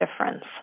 difference